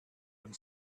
and